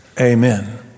amen